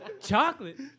Chocolate